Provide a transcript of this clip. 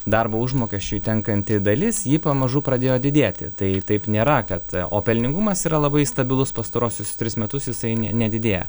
darbo užmokesčiui tenkanti dalis ji pamažu pradėjo didėti tai taip nėra kad o pelningumas yra labai stabilus pastaruosius tris metus jisai ne nedidėja